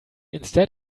instead